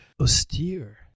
austere